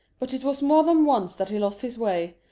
but it was more than once that he lost his way,